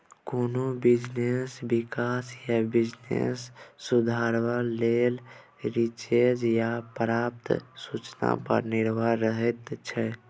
कोनो बिजनेसक बिकास या बिजनेस सुधरब लेखा रिसर्च सँ प्राप्त सुचना पर निर्भर रहैत छै